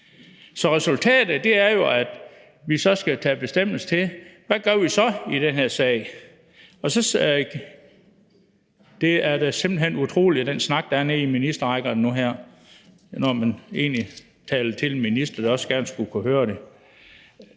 Så resultatet er jo, at vi så skal tage beslutning om, hvad vi så gør i den her sag ... Det er da simpelt hen utroligt med den snak, der er nede på ministerrækkerne nu her, når man egentlig taler til en minister, der også gerne skulle kunne høre det.